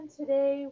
today